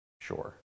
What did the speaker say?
Sure